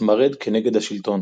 להתמרד כנגד השלטון.